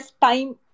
time